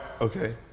okay